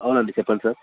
అవునండి చెప్పండి సార్